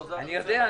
אני יודע.